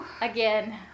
Again